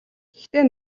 гэхдээ